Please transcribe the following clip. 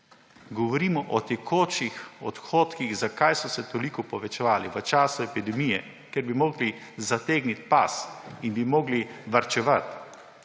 govorim o tekočih odhodkih, zakaj so se toliko povečevali v času epidemije, ko bi morali zategniti pas in bi morali varčevati.